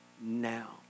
now